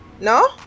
No